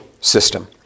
system